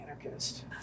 anarchist